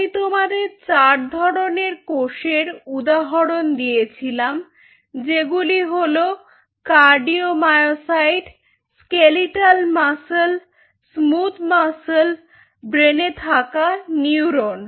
আমি তোমাদের চার ধরনের কোষের উদাহরণ দিয়েছিলাম সেগুলি হল cardio myocyte skeletal muscle smooth muscle ব্রেনে থাকা নিউরন